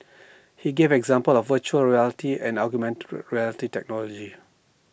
he gave example of Virtual Reality and augmented reality technology